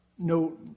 no